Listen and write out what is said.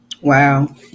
Wow